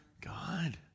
God